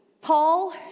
Paul